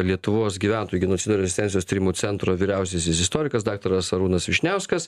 lietuvos gyventojų genocido ir rezistencijos tyrimų centro vyriausiasis istorikas daktaras arūnas vyšniauskas